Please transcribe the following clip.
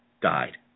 died